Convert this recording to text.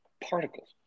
Particles